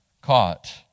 caught